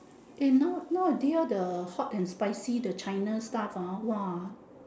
eh now now they all the hot and spicy the china stuff ah !wah!